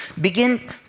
Begin